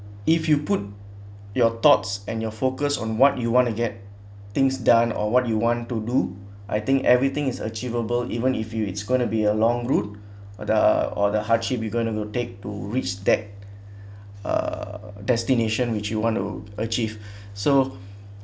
if you put your thoughts and your focus on what you want to get things done or what you want to do I think everything is achievable even if you it's gonna be a long route or the or the hardship we gonna go take to reach that uh destination which you want to achieve so